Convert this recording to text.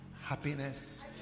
happiness